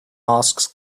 masks